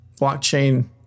blockchain